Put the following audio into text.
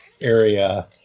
area